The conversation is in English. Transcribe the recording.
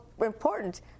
important